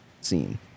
scene